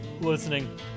listening